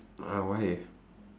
!huh! why